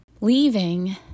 leaving